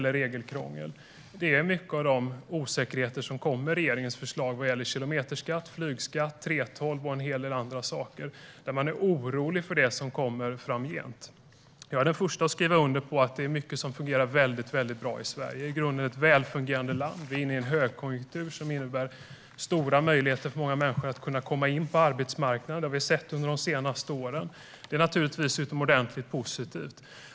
Det handlar mycket om den osäkerhet som kommer med regeringens förslag om kilometerskatt, flygskatt, 3:12 och en hel del andra saker. Man är orolig för det som kommer framgent. Jag är den första att skriva under på att det är mycket som fungerar väldigt bra i Sverige. Det är i grunden ett välfungerande land. Vi är inne i en högkonjunktur som innebär stora möjligheter för många människor att komma in på arbetsmarknaden. Det har vi sett under de senaste åren, och det är naturligtvis utomordentligt positivt.